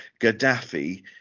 Gaddafi